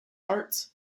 arts